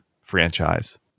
franchise